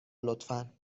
لطفا